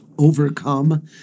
overcome